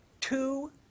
two